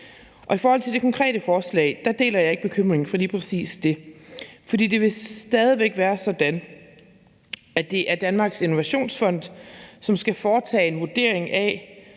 Og i forhold til det konkrete forslag deler jeg ikke bekymringen for lige præcis det. For det vil stadig væk være sådan, at det er Danmarks Innovationsfond, som skal foretage en vurdering af,